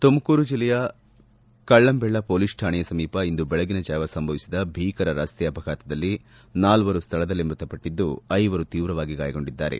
ತುಮಕೂರು ಜಿಲ್ಲೆಯ ಕಳ್ಳಂಬೆಳ್ಳ ಹೊಲೀಸ್ ಠಾಣೆಯ ಸಮೀಪ ಇಂದು ಬೆಳಗಿನಜಾವ ಸಂಭವಿಸಿದ ಭೀಕರ ರಸ್ತೆ ಅಪಘಾತದಲ್ಲಿ ನಾಲ್ವರು ಸ್ತಳದಲ್ಲೇ ಮೃತಪಟ್ಟಿದ್ದು ಐವರು ತೀವ್ರವಾಗಿ ಗಾಯಗೊಂಡಿದ್ದಾರೆ